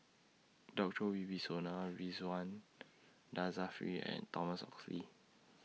Djoko Wibisono Ridzwan Dzafir and Thomas Oxley